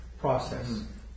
process